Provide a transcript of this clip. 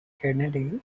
kennedy